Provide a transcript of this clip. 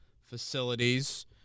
facilities